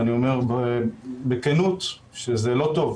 ואני אומר בכנות שזה לא טוב.